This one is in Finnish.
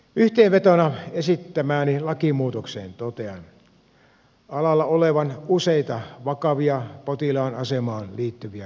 yhteenvetona esittämääni lakimuutokseen totean alalla olevan useita vakavia potilaan asemaan liittyviä puutteita